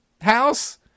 house